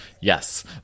yes